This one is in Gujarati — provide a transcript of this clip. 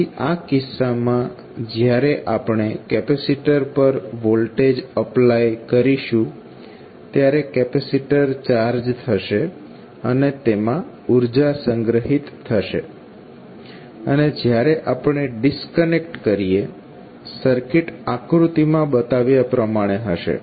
તેથી આ કિસ્સામાં જ્યારે આપણે કેપેસીટર પર વોલ્ટેજ એપ્લાય કરીશું ત્યારે કેપેસીટર ચાર્જ થશે અને તેમાં ઉર્જા સંગ્રહિત થશે અને જ્યારે આપણે ડિસ્કનેક્ટ કરીએ સર્કિટ આકૃતિમાં બતાવ્યા પ્રમાણે હશે